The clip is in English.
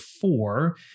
four